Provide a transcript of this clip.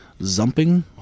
zumping